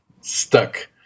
stuck